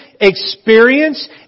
experience